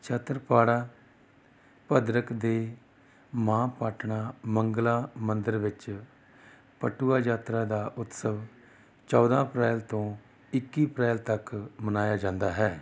ਛਤਰਪਾੜਾ ਭਦਰਕ ਦੇ ਮਾਂ ਪਾਟਨਾ ਮੰਗਲਾ ਮੰਦਿਰ ਵਿੱਚ ਪਟੁਆ ਯਾਤਰਾ ਦਾ ਉਤਸਵ ਚੌਦਾਂ ਅਪ੍ਰੈਲ ਤੋਂ ਇੱਕੀ ਅਪ੍ਰੈਲ ਤੱਕ ਮਨਾਇਆ ਜਾਂਦਾ ਹੈ